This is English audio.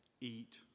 eat